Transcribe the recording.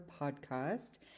podcast